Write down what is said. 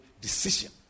decision